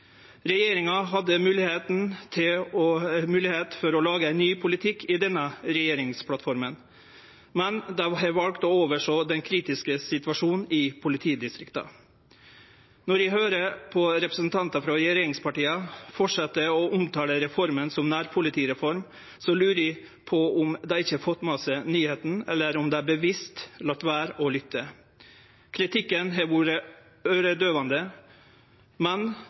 Regjeringa hadde moglegheit til å lage ein ny politikk i denne regjeringsplattforma, men dei har valt å oversjå den kritiske situasjonen i politidistrikta. Når eg høyrer representantar frå regjeringspartia fortsetje å omtale reforma som ei nærpolitireform, lurer eg på om dei ikkje har fått med seg nyheita, eller om dei bevisst har latt vere å lytte. Kritikken har vore øyredøyvande, men